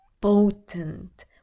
potent